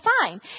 fine